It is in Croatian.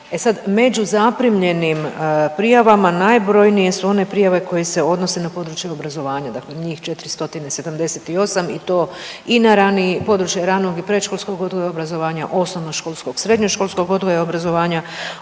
E sad među zaprimljenim prijavama najbrojnije su one prijave koje se odnose na područje obrazovanja, dakle njih 478 i to i na raniji, područje ranog i predškolskog obrazovanja, osnovnoškolskog, srednjoškolskog odgoja i obrazovanja.